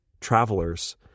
travelers